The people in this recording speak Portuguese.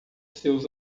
seus